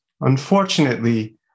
Unfortunately